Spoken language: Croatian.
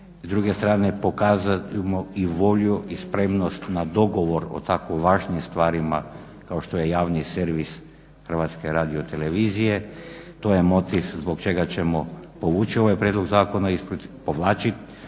s druge strane pokazat ćemo i volju i spremnost na dogovor o tako važnim stvarima kao što je javni servis HRT-a to je motiv zbog čega ćemo povući ovaj prijedlog zakona, povlačit